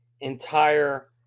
entire